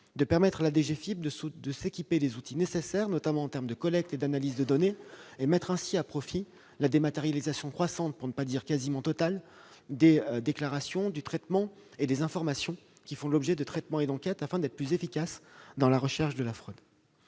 lui permettre de s'équiper des outils nécessaires, notamment en termes de collecte et d'analyse de données, et de mettre ainsi à profit la dématérialisation croissante, pour ne pas dire presque totale, des déclarations et des informations faisant l'objet de traitements et d'enquêtes, afin d'être plus efficace dans la recherche de la fraude.